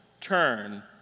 turn